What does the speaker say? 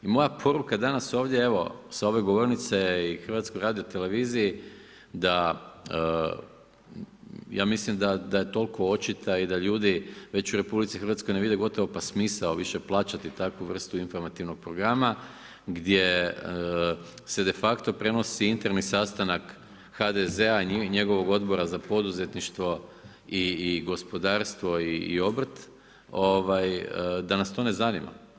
I moja poruka danas ovdje evo sa ove govornice je i HRT-u da, ja mislim da je toliko očita i da ljudi već u RH ne vide gotovo pa smisao više plaćati takvu vrstu informativnog programa gdje se defakto prenosi interni sastanak HDZ-a i njegovog Odbora za poduzetništvo i gospodarstvo i obrt, da nas to ne zanima.